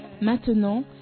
Maintenant